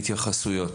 להתייחסויות.